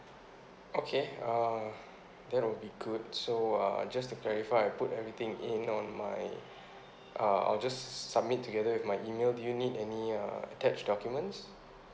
okay uh that'll be good so uh just to clarify I put everything in on my uh I'll just submit together with my email do you need any uh attach documents